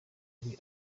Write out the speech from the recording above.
ari